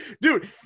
dude